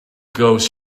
goes